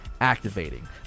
activating